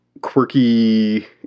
quirky